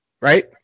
right